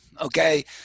Okay